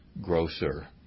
grocer